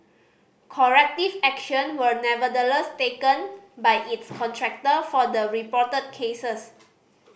corrective action were nevertheless taken by its contractor for the reported cases